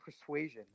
persuasion